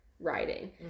writing